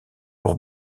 pour